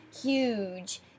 huge